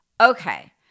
okay